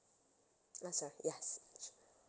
that's right yes